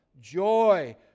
joy